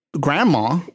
grandma